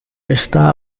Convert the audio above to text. está